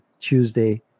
Tuesday